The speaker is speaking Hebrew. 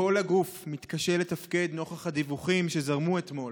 כל הגוף מתקשה לתפקד נוכח הדיווחים שזרמו אתמול.